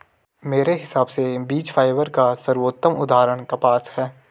मेरे हिसाब से बीज फाइबर का सर्वोत्तम उदाहरण कपास है